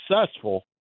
successful